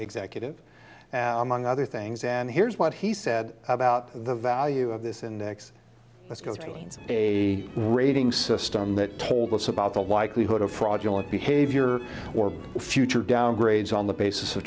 executive among other things and here's what he said about the value of this in the next let's go to means a rating system that told us about the likelihood of fraudulent behavior or future downgrades on the basis of